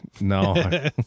No